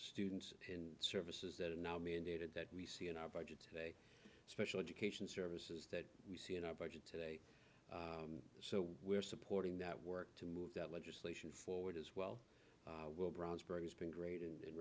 students in services that are now mandated that we see in our budget today special education services that we see in our budget today so we're supporting that work to move that legislation forward as well will brownsburg has been great and